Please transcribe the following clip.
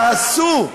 תעשו.